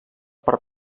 per